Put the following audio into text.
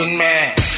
man